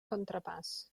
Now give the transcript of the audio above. contrapàs